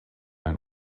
ein